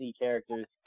characters